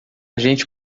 gente